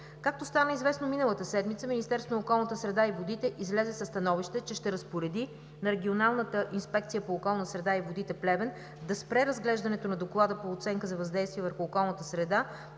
Както стана известно миналата седмица, Министерството на околната среда и водите излезе със становище, че ще разпореди на Регионалната инспекция по околната среда и водите – Плевен, да спре разглеждането на доклада по оценка за въздействие върху околната среда